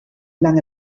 lange